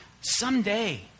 someday